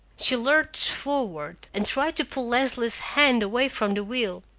she lurched forward, and tried to pull leslie's hands away from the wheel.